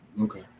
Okay